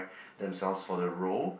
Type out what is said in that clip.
themselves for the role